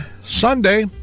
Sunday